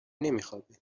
نمیخوابه